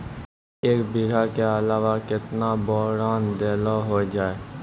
एक बीघा के अलावा केतना बोरान देलो हो जाए?